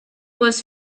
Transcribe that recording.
was